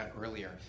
earlier